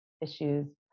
issues